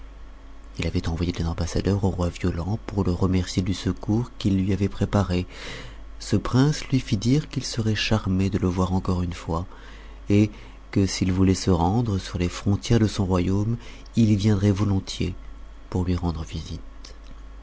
il avait envoyé des ambassadeurs au roi violent pour le remercier du secours qu'il lui avait préparé ce prince lui fit dire qu'il serait charmé de le voir encore une fois et que s'il voulait se rendre sur les frontières du royaume il y viendrait volontiers pour lui rendre visite